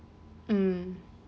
mm